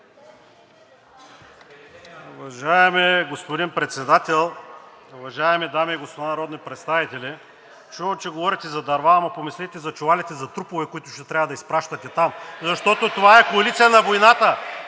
Уважаеми господин Председател, уважаеми дами и господа народни представители! Чувам, че говорите за дърва, ама помислете за чувалите за трупове, които ще трябва да изпращате там (възгласи от